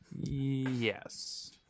Yes